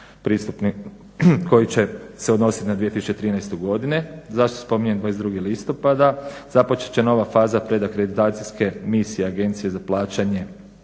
pristupni koji će se odnosit na 2013. Godinu. Zašto spominjem 22.listopada započet će nova faza … akreditacijske misije Agencije za plaćanje